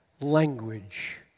language